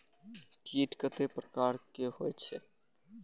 कीट कतेक प्रकार के होई छै?